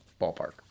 ballpark